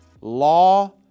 law